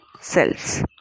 cells